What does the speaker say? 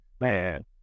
Man